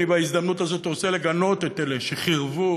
אני בהזדמנות הזאת רוצה לגנות את אלה שחירבו